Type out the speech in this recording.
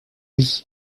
oui